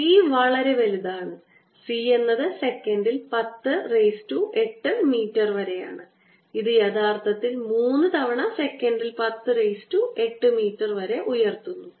C വളരെ വലുതാണ് C എന്നത് സെക്കൻഡിൽ 10 റെയ്സ്സ് ടു 8 മീറ്റർ വരെയാണ് ഇത് യഥാർത്ഥത്തിൽ 3 തവണ സെക്കൻഡിൽ 10 റെയ്സ്സ് ടു 8 മീറ്റർ വരെ ഉയർത്തുന്നു